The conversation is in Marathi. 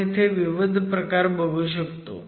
आपण इथे विविध प्रकार बघू शकतो